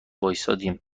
وایمیستادیم